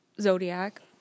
zodiac